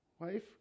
wife